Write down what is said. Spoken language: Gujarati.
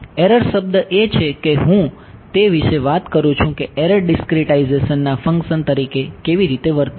એરર શબ્દ એ છે કે હું તે વિશે વાત કરું છું કે એરર ડિસ્ક્રીટાઇઝેશનના ફંક્સન તરીકે કેવી રીતે વર્તે છે